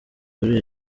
kuri